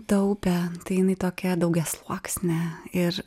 ta upę tai jinai tokia daugiasluoksnę ir